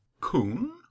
Coon